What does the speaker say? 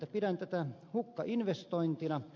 pidän tätä hukkainvestointina